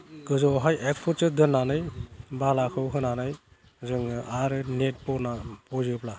गोजौआवहाय एक फुटसो दोननानै बालाखौ होनानै जोङो आरो नेट बना बयोब्ला